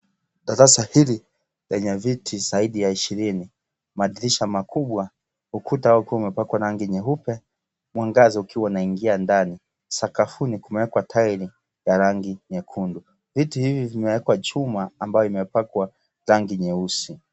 Darasa hili lenye viti zaidi ya ishirini, madirisha makubwa, ukuta umepakwa rangi nyeupe, mwangaza ukiwa ndani. Sakafuni kumewekwa taili ya rangi nyekundu. Viti hivi vimewekwa chuma ambayo imepakwa rangi nyeusi.